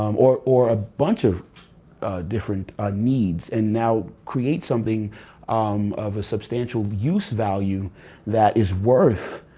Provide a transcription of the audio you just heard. um or or a bunch of different ah needs, and now create something um of a substantial use value that is worth